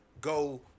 go